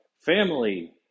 family